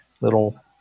little